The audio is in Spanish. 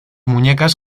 muñecas